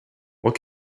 what